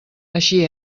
així